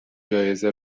جایزه